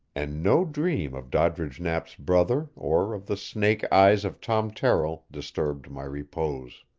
and no dream of doddridge knapp's brother or of the snake-eyes of tom terrill disturbed my repose.